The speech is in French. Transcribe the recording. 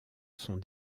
sont